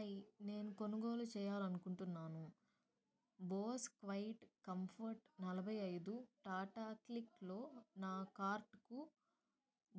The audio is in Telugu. హాయ్ నేను కొనుగోలు చెయ్యాలనుకుంటున్నాను బోస్ క్వైట్ కంఫోర్ట్ నలభై ఐదు టాటా క్లిక్లో నా కార్ట్కు